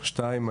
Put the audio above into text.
שתיים,